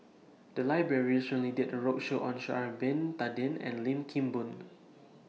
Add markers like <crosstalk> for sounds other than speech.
The Library recently did A roadshow on Sha'Ari Bin Tadin and Lim Kim Boon <noise>